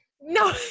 no